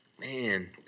Man